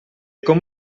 com